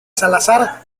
salazar